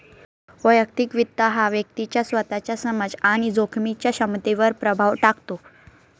वैयक्तिक वित्त हा व्यक्तीच्या स्वतःच्या समज आणि जोखमीच्या क्षमतेवर प्रभाव टाकतो